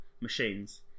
machines